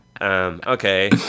okay